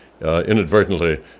inadvertently